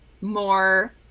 more